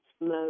mode